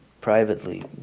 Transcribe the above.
privately